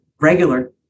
regular